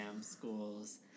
schools